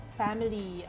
family